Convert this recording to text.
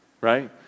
Right